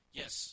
yes